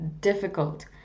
difficult